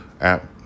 app